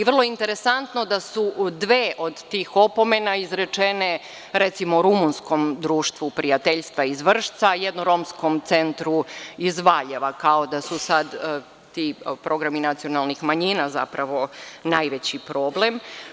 Vrlo je interesantno da su dve od tih opomena izrečene, recimo, rumunskom društvu prijateljstva iz Vršca, jednom romskom centru iz Valjeva, kao da su sada ti programi nacionalnih manjina zapravo najveći problem.